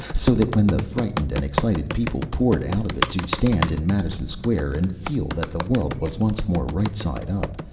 so that when the frightened and excited people poured out of it to stand in madison square and feel that the world was once more right side up,